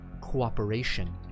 cooperation